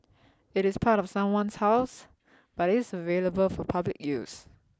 it is part of someone's house but is available for public use